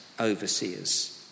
overseers